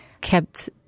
kept